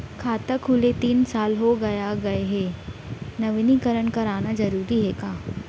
खाता खुले तीन साल हो गया गये हे नवीनीकरण कराना जरूरी हे का?